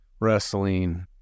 Wrestling